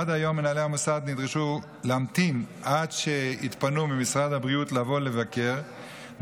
עד היום מנהלי המוסד נדרשו להמתין עד שהתפנו ממשרד הבריאות לבוא לבקר,